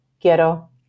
quiero